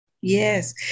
Yes